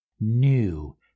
new